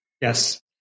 Yes